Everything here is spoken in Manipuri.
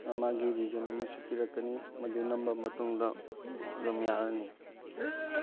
ꯃꯥꯒꯤ ꯔꯤꯖꯟ ꯑꯃꯁꯨ ꯄꯤꯔꯛꯀꯅꯤ ꯃꯗꯨ ꯅꯝꯕ ꯃꯇꯨꯡꯗ ꯑꯗꯨꯝ ꯌꯥꯔꯅꯤ